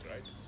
right